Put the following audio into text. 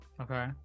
Okay